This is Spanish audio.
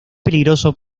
peligroso